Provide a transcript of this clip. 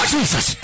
Jesus